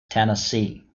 tennessee